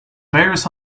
various